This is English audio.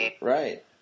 Right